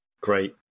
Great